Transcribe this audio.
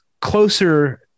closer